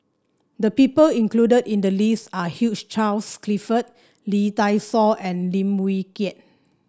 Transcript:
the people included in the list are Hugh Charles Clifford Lee Dai Soh and Lim Wee Kiak